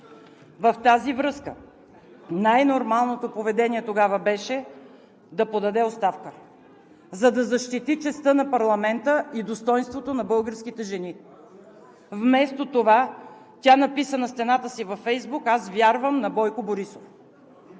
В тази връзка най-нормалното поведение тогава беше да подаде оставка, за да защити честта на парламента и достойнството на българските жени. Вместо това тя написа на стената си във Фейсбук: „Аз вярвам на Бойко Борисов.“